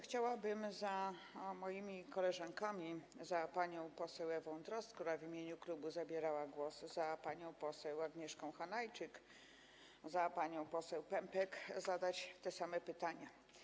Chciałabym za moimi koleżankami, za panią poseł Ewą Drozd, która w imieniu klubu zabierała głos, za panią poseł Agnieszką Hanajczyk, za panią poseł Pępek zadać te same pytania.